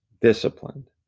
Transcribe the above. disciplined